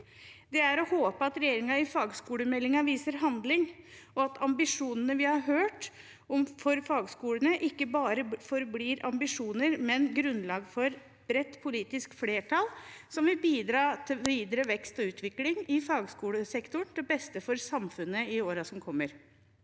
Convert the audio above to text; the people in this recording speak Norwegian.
Det er å håpe at regjeringen i fagskolemeldingen viser handling, og at ambisjonene vi har hørt om for fagskolene, ikke bare forblir ambisjoner, men grunnlag for et bredt politisk flertall som vil bidra til videre vekst og utvikling i fagskolesektoren, til beste for samfunnet i årene som kommer.